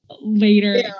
later